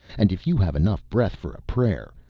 and if you have enough breath for a prayer,